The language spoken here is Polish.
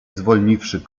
zwolniwszy